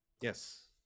yes